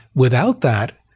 without that,